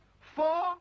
Four